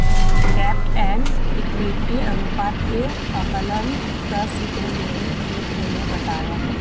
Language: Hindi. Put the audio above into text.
डेब्ट एंड इक्विटी अनुपात के आकलन का सूत्र मेरे मित्र ने बताया